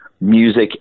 music